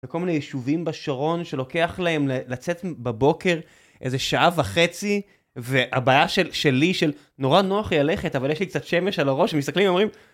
וכל מיני יישובים בשרון שלוקח להם לצאת בבוקר איזה שעה וחצי והבעיה שלי של נורא נוח לי ללכת אבל יש לי קצת שמש על הראש ומסתכלים והם אומרים